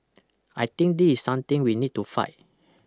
I think this is something we need to fight